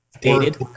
dated